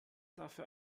dafür